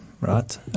right